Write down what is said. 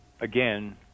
again